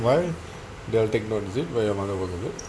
why they'll take notice it is where your mother work is it